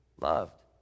loved